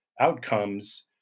outcomes